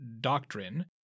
doctrine